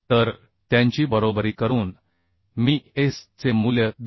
तर त्यांची बरोबरी करून मी S चे मूल्य 218